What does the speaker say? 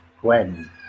Gwen